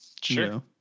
Sure